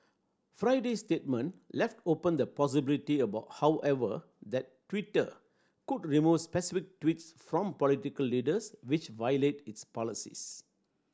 Friday's statement left open the possibility about however that Twitter could remove specific tweets from political leaders which violate its policies